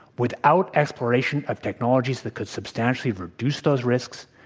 without exploration of technologies that could substantially reduce those risks,